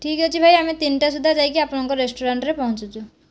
ଠିକ୍ ଅଛି ଭାଇ ଆମେ ତିନିଟା ସୁଧା ଯାଇକି ଆପଣଙ୍କ ରେଷ୍ଟୁରାଣ୍ଟରେ ପହଞ୍ଚୁଛୁ